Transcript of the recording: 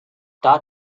was